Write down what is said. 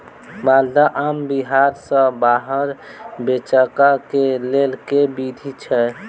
माल्दह आम बिहार सऽ बाहर बेचबाक केँ लेल केँ विधि छैय?